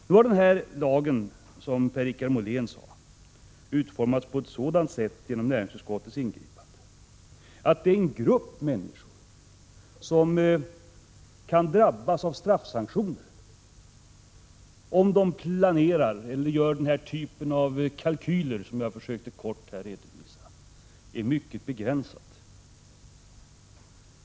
Nu har den här lagen, som Per-Richard Molén sade, utformats så genom näringsutskottets ingripande att endast en mycket begränsad grupp människor kan drabbas av straffsanktioner, om de planerar eller gör den typ av kalkyler som jag har försökt redovisa.